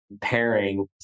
pairing